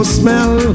smell